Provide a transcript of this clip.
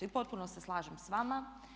I potpuno se slažem s vama.